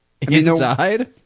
Inside